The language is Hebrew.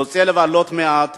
יוצא לבלות מעט,